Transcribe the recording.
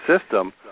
system